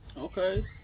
okay